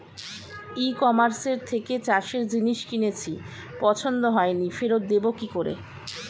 ই কমার্সের থেকে চাষের জিনিস কিনেছি পছন্দ হয়নি ফেরত দেব কী করে?